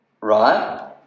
Right